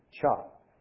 chop